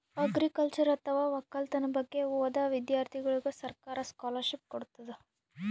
agriculture ಅಥವಾ ವಕ್ಕಲತನ್ ಬಗ್ಗೆ ಓದಾ ವಿಧ್ಯರ್ಥಿಗೋಳಿಗ್ ಸರ್ಕಾರ್ ಸ್ಕಾಲರ್ಷಿಪ್ ಕೊಡ್ತದ್